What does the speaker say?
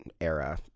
era